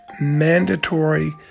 mandatory